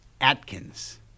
Atkins